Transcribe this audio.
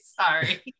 Sorry